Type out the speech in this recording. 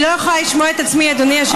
אני לא יכולה לשמוע את עצמי, אדוני היושב-ראש.